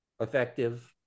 effective